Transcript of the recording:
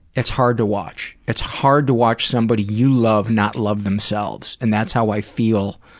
it's hard to watch. it's hard to watch somebody you love not love themselves, and that's how i feel